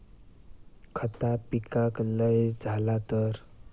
खता पिकाक लय झाला तर?